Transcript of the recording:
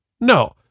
No